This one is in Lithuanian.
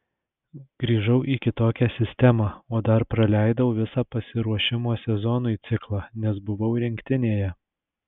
grįžau į kitokią sistemą o dar praleidau visą pasiruošimo sezonui ciklą nes buvau rinktinėje